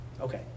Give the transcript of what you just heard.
Okay